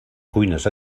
cuines